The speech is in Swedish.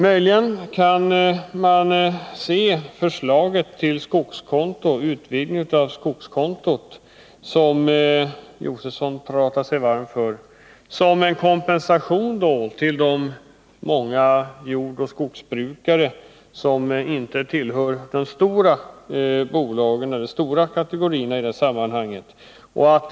Möjligen kan man se förslaget till utvidgning av skogskontot, något som Stig Josefson talade sig varm för, som en kompensation till de många jordoch skogsbrukare som inte tillhör de stora kategorierna i detta sammanhang, t.ex. bolagen.